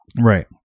Right